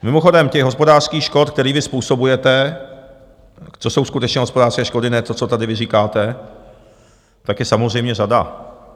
Mimochodem, těch hospodářských škod, které vy způsobujete, co jsou skutečně hospodářské škody, ne to, co tady vy říkáte, tak je samozřejmě řada.